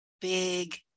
big